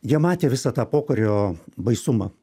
jie matė visą tą pokario baisumą